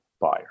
buyer